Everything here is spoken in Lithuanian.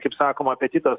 kaip sakoma apetitas